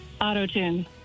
Auto-tune